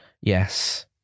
Yes